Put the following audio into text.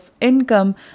income